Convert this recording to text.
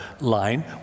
line